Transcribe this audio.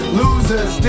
losers